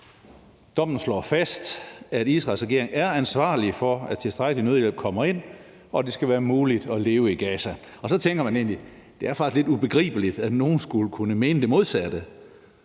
Dommen slår fast, at Israels regering er ansvarlig for, at tilstrækkelig nødhjælp kommer ind, og at det skal være muligt at leve i Gaza. Så tænker man egentlig, at det faktisk er lidt ubegribeligt, at nogen skulle kunne mene det modsatte.